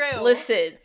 Listen